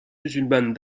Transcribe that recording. musulmane